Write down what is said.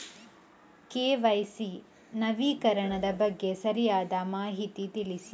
KYC ನವೀಕರಣದ ಬಗ್ಗೆ ಸರಿಯಾದ ಮಾಹಿತಿ ತಿಳಿಸಿ?